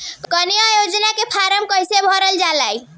कन्या योजना के फारम् कैसे भरल जाई?